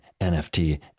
NFT